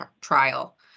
trial